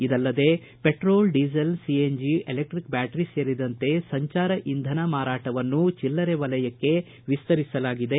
ಇದಲ್ಲದೇ petrol diesel CNG electric battery ಸೇರಿದಂತೆ ಸಂಚಾರ ಇಂಧನ ಮಾರಾಟವನ್ನು ಚಿಲ್ಲರೆ ವಲಯಕ್ಷೆ ವಿಸ್ತರಿಸಲಾಗಿದೆ